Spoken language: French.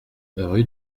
rue